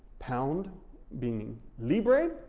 pound being libra,